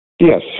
Yes